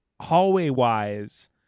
hallway-wise